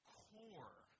core